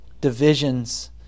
Divisions